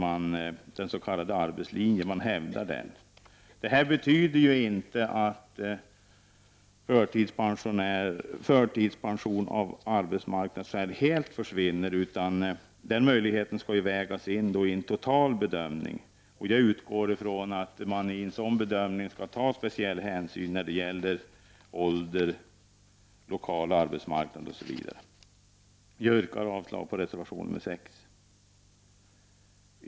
Att rätten till förtidspension av arbetsmarknadsskäl försvinner innebär inte att sådana skäl helt försvinner som skäl för rätt till förtidspension. Också i fortsättningen kommer arbetsmarknadsskäl att vägas in som en del i en samlad bedömning. Jag utgår ifrån att man vid en sådan bedömning skall ta speciell hänsyn när det gäller ålder, lokal arbetsmarknad osv. Jag yrkar avslag på reservation nr 6.